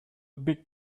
big